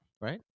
right